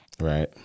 Right